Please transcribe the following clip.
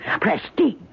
Prestige